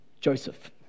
Joseph